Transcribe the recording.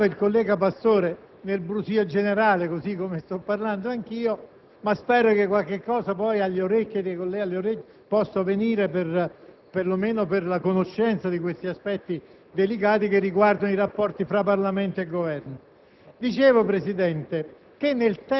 dico questo perché - lo ricordava il collega Pastore nel brusìo generale, come sto facendo anch'io, ma spero che qualcosa alle orecchie dei colleghi possa arrivare, perlomeno per la conoscenza di aspetti delicati che riguardano i rapporti tra Parlamento e Governo